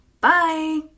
Bye